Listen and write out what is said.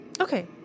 okay